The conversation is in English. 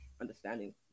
understanding